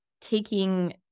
taking